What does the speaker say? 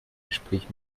gespräch